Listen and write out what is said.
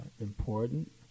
important